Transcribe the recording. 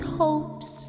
hopes